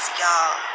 y'all